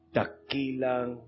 takilang